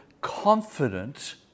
confident